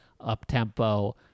up-tempo